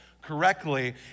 correctly